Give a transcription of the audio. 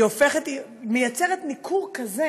היא יוצרת ניכור כזה